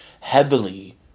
heavily